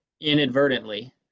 inadvertently